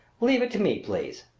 leave it to me, please.